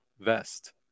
vest